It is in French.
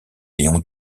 léon